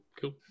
cool